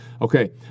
Okay